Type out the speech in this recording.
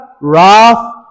wrath